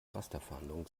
rasterfahndung